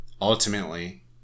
ultimately